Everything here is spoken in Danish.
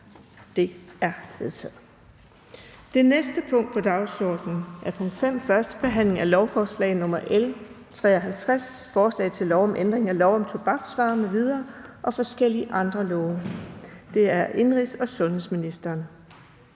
Det er vedtaget. --- Det næste punkt på dagsordenen er: 5) 1. behandling af lovforslag nr. L 53: Forslag til lov om ændring af lov om tobaksvarer m.v. og forskellige andre love. (Tredje og sidste